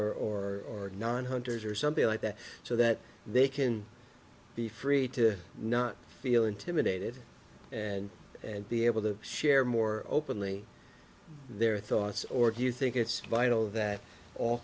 hunters or non hunters or something like that so that they can be free to not feel intimidated and and be able to share more openly their thoughts or do you think it's vital that all